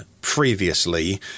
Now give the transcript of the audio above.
Previously